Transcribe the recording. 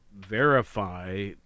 verify